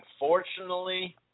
Unfortunately